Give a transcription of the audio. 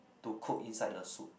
to cook inside the soup